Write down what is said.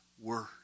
word